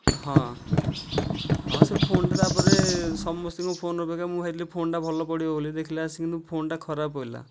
ହଁ ହଁ ସେ ଫୋନ୍ଟା ତା'ପରେ ସମସ୍ତିଙ୍କ ଫୋନ୍ ଅପେକ୍ଷା ମୁଁ ଭାବିଥିଲି ଭଲ ପଡ଼ିବ ବୋଲି ଦେଖିଲା ସେ କିନ୍ତୁ ଫୋନ୍ଟା ଖରାପ ପଡ଼ିଲା